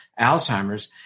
Alzheimer's